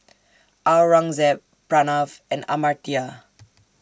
Aurangzeb Pranav and Amartya